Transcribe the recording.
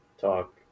talk